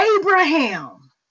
Abraham